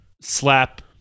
slap